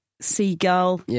seagull